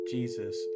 Jesus